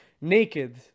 naked